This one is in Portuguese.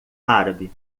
árabe